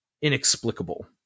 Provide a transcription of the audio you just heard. inexplicable